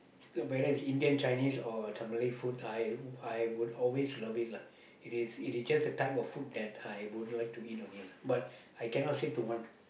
whether is Indian Chinese or is a Malay food I I would always love it lah it is it is just the type of food that I would like to eat only lah but I cannot say to one